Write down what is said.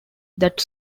that